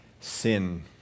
Sin